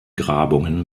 grabungen